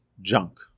junk